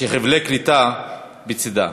שחבלי קליטה בצדה.